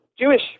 Jewish